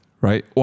right